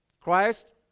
Christ